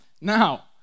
Now